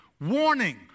Warning